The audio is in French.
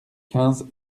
quinze